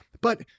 But-